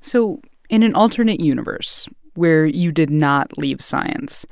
so in an alternate universe where you did not leave science,